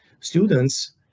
students